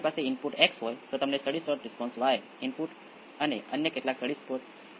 over damped case મેં લીધો જે R ને અનુરૂપ 100 Ωs અથવા ζ બરાબર 5 અને Q બરાબર 0